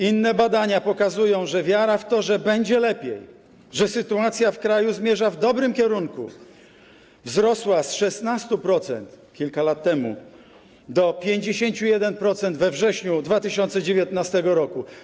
Inne badania pokazują, że wiara w to, że będzie lepiej, że sytuacja w kraju zmierza w dobrym kierunku, wzrosła: z 16% - kilka lat temu do 51% - we wrześniu 2019 r.